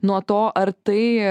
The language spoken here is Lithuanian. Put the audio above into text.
nuo to ar tai